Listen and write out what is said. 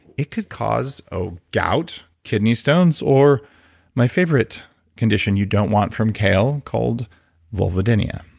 it could cause ah gout, kidney stones or my favorite condition you don't want from kale called vulvodynia